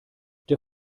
der